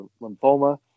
lymphoma